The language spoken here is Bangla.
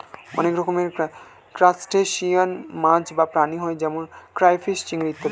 অনেক রকমের ক্রাস্টেশিয়ান মাছ বা প্রাণী হয় যেমন ক্রাইফিস, চিংড়ি ইত্যাদি